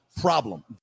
problem